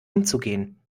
umzugehen